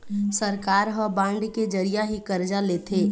सरकार ह बांड के जरिया ही करजा लेथे